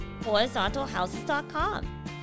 HorizontalHouses.com